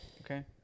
Okay